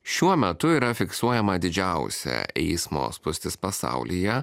šiuo metu yra fiksuojama didžiausia eismo spūstis pasaulyje